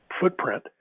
footprint